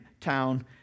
town